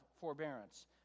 forbearance